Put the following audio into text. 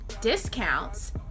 discounts